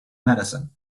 medicine